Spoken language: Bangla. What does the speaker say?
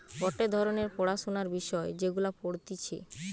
গটে ধরণের পড়াশোনার বিষয় যেগুলা পড়তিছে